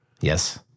Yes